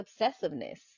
obsessiveness